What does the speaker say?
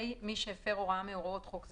(ה) מי שהפר הוראה מהוראות חוק זה,